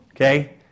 Okay